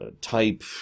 type